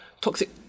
toxic